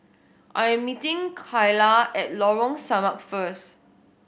I am meeting Kaila at Lorong Samak first